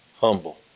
Humble